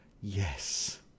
Yes